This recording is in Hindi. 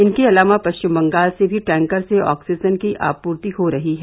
इनके अलावा पश्चिम बंगाल से भी टैंकर से ऑक्सीजन की आपूर्ति हो रही है